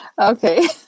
Okay